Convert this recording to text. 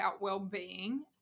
wellbeing